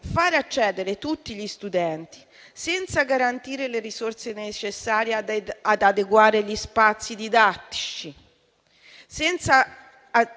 Fare accedere tutti gli studenti, senza garantire le risorse necessarie ad adeguare gli spazi didattici e senza